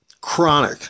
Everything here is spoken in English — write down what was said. chronic